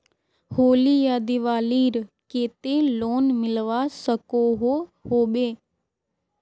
होली या दिवालीर केते लोन मिलवा सकोहो होबे?